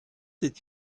did